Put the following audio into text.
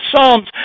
Psalms